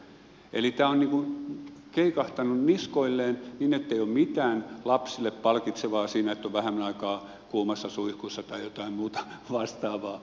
eli tämä on niin kuin keikahtanut niskoilleen niin ettei ole mitään lapsille palkitsevaa siinä että on vähemmän aikaa kuumassa suihkussa tai jotain muuta vastaavaa